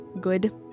good